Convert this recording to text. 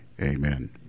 Amen